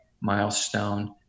milestone